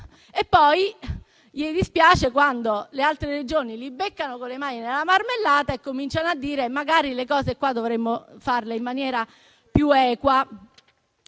e poi sono dispiaciuti quando le altre Regioni li beccano con le mani nella marmellata e cominciano a dire che magari le cose devono farle in maniera più equa.